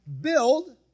build